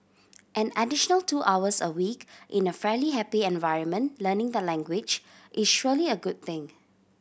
an additional two hours a week in a fairly happy environment learning the language is surely a good thing